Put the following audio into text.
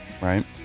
right